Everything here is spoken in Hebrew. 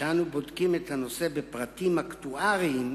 כשאנו בודקים את הנושא בפרטים אקטואריים,